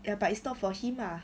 ya but it's not for him lah